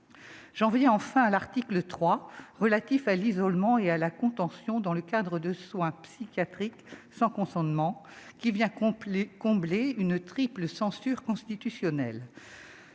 J'en viens enfin à l'article 3, relatif aux mesures d'isolement et de contention dans le cadre de soins psychiatriques sans consentement, qui vient pallier une triple censure constitutionnelle.